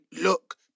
look